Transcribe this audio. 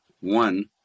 one